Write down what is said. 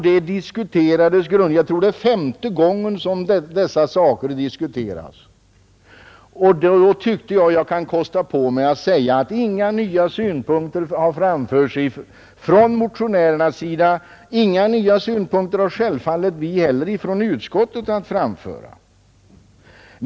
Jag tror att det är femte gången som dessa saker diskuteras, och då tyckte jag att jag kunde kosta på mig att säga att inga nya synpunkter framförts från motionärernas sida, och självfallet har vi från utskottet inte heller några nya synpunkter att framföra.